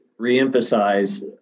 reemphasize